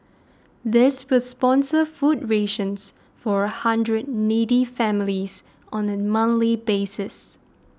this will sponsor food rations for a hundred needy families on a basis